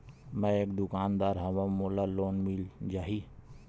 मै एक दुकानदार हवय मोला लोन मिल जाही?